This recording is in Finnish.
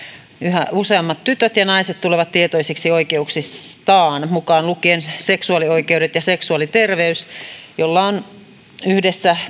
yhä useammat tytöt ja naiset tuleva tietoisiksi oikeuksistaan mukaan lukien seksuaalioikeudet ja seksuaaliterveys joilla on yhdessä